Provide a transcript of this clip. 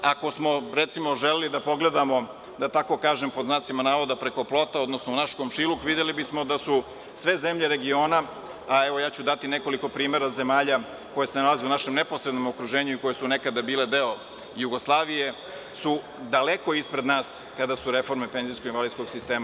Ako smo, recimo, želeli da pogledamo da tako kažem pod znacima navoda – preko plota, odnosno u naš komšiluk, videli bismo da su sve zemlje regiona, a evo ja ću dati nekoliko primera zemalja koje se nalaze u našem neposrednom okruženju i koje su nekada bile deo Jugoslavije, daleko su ispred nas kada su reforme penzijsko-invalidskog sistema.